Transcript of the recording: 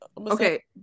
Okay